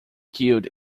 killed